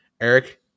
Eric